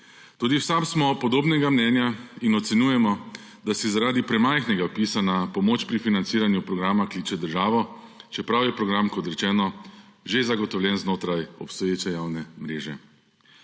Tudi v SAB smo podobnega mnenja in ocenjujemo, da se zaradi premajhnega vpisa na pomoč pri financiranju programa kliče državo, čeprav je program, kot rečeno, že zagotovljen znotraj obstoječe javne mreže.